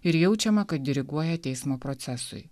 ir jaučiama kad diriguoja teismo procesui